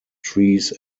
trees